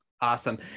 Awesome